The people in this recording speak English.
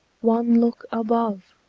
one look above!